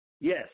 Yes